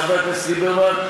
חבר הכנסת ליברמן,